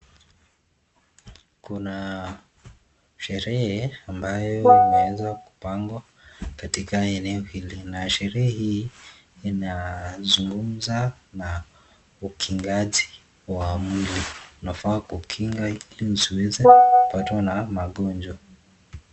Kuna sherehe ambayo imeanzwa kupangwa katika eneo hili na sherehe hii inazungumza na ukingaji wa mwili. Unafaa kukinga ili usiweze kupatwa na magonjwa.